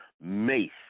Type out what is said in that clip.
Mace